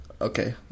Okay